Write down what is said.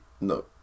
no